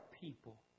people